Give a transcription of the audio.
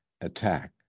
attack